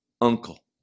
uncle